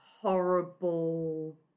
horrible